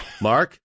Mark